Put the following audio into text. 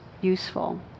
useful